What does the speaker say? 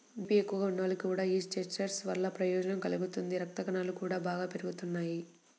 BP ఎక్కువగా ఉన్నోళ్లకి కూడా యీ చెస్ట్నట్స్ వల్ల ప్రయోజనం కలుగుతుంది, రక్తకణాలు గూడా బాగా పెరుగుతియ్యి